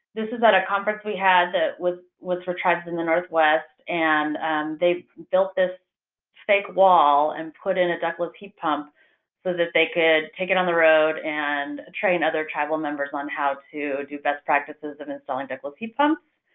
this is at a conference we had that was was for tribes in the northwest. and they built this fake wall and put in a ductless heat pump so that they could take it on the road and train other tribal members on how to do best practices of installing ductless heat pumps.